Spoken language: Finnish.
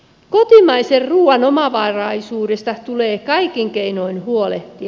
kotimaisen ruuan omavaraisuudesta tulee kaikin keinoin huolehtia